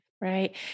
Right